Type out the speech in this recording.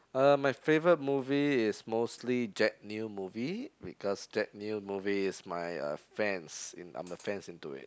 uh my favorite movie is mostly Jack-Neo movie because Jack-Neo movie is my uh fans in I'm the fans into it